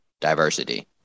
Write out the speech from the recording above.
Diversity